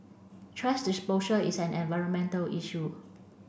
thrash disposal is an environmental issue